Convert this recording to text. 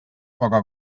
poca